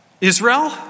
Israel